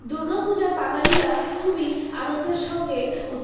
দুর্গা পূজা বাঙালিরা খুবই আনন্দের সঙ্গে